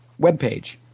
webpage